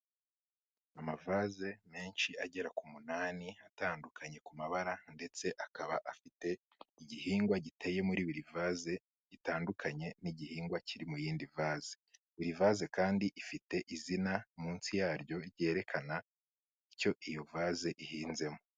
Amavaze menshi agera ku munani atandukanye ku mabara ndetse akaba afite igihingwa giteye muri buri vaze gitandukanye n'igihingwa kiri mu yindi vaze, buri vaze kandi ifite izina munsi yaryo ryerekana icyo iyo vaze ihinzemo.